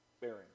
bearing